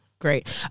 Great